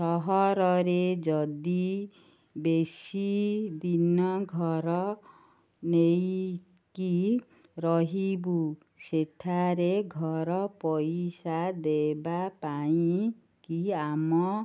ସହରରେ ଯଦି ବେଶୀ ଦିନ ଘର ନେଇକି ରହିବୁ ସେଠାରେ ଘର ପଇସା ଦେବା ପାଇଁକି ଆମ